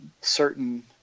certain